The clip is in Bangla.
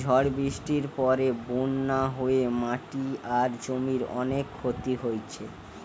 ঝড় বৃষ্টির পরে বন্যা হয়ে মাটি আর জমির অনেক ক্ষতি হইছে